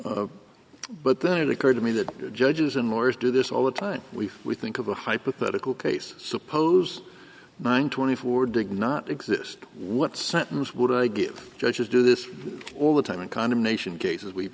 four but then it occurred to me that judges and lawyers do this all the time we we think of a hypothetical case suppose mine twenty four dig not exist what sentence would i give judges do this all the time in condemnation cases we